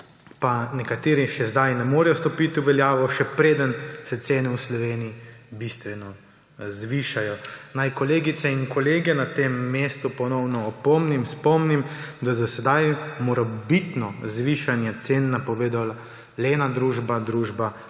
nekateri zdaj še ne morejo stopiti v veljavo, še preden se cene v Sloveniji bistveno zvišajo. Naj kolegice in kolege na tem mestu ponovno opomnim, spomnim, da je do sedaj morebitno zvišanje cen napovedala le ena družba, Petrol, d.